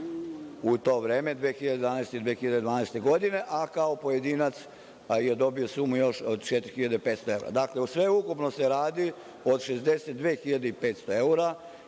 u to vreme, 2011. ili 2012. godine, a kao pojedinac je dobio sumu još od 4.500 evra. Dakle, sve ukupno se radi o 62.500 evra